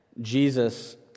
Jesus